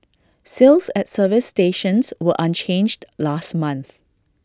sales at service stations were unchanged last month